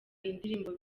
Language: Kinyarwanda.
indirimbo